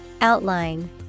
Outline